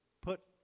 put